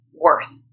worth